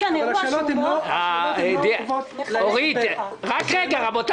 אבל השאלות לא עוקבות --- רק רגע, רבותי.